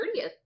30th